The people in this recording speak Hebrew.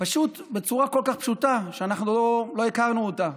בצורה כל כך פשוטה, שאנחנו לא הכרנו אותה,